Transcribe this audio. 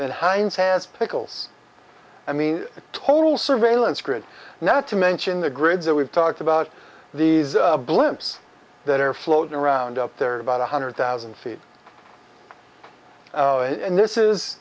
that hines has pickles i mean total surveillance grid not to mention the grids that we've talked about these blimps that are floating around up there about one hundred thousand feet and this is